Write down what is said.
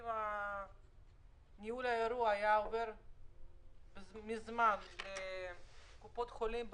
אם ניהול האירוע בנושא הבדיקות היה עובר מזמן לקופות החולים,